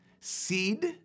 seed